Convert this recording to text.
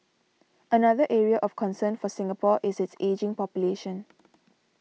another area of concern for Singapore is its ageing population